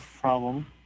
problem